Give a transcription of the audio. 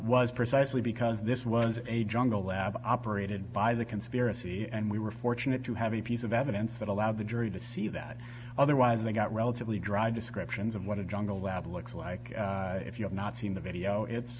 was precisely because this was a jungle lab operated by the conspiracy and we were fortunate to have a piece of evidence that allowed the jury to see that otherwise they got relatively dry descriptions of what a jungle lab looks like if you have not seen the video it's